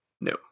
No